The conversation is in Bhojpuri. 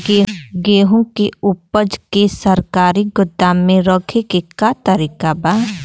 गेहूँ के ऊपज के सरकारी गोदाम मे रखे के का तरीका बा?